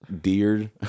deer